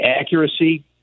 accuracy